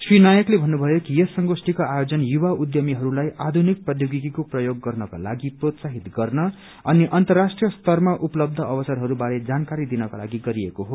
श्री नायकले भन्नुभयो कि यस संगोष्ठीको आयोजन युवाहरू उद्यमीहरूलाई आधुनिक प्रौद्योगिकीको प्रयोग गर्नको लागि प्रोत्साहित गर्न अनि अन्तर्राष्ट्रीय स्तरमा उपलब्ध अवसरहरू बारे जानकारी दिनको लागि गरिएको हो